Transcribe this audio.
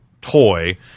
toy